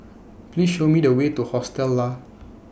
Please Show Me The Way to Hostel Lah